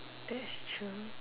that's true